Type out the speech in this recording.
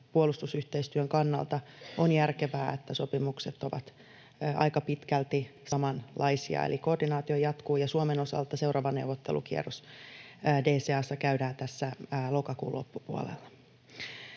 puolustusyhteistyön kannalta on järkevää, että sopimukset ovat aika pitkälti samanlaisia. Eli koordinaatio jatkuu, ja Suomen osalta seuraava neuvottelukierros DCA:ssa käydään tässä lokakuun loppupuolella.